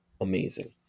amazing